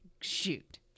Shoot